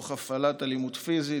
תוך הפעלת אלימות פיזית,